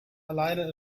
alleine